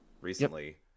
recently